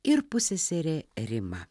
ir pusseserė rima